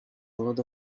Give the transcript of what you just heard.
lot